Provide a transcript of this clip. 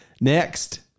Next